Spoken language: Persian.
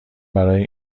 برای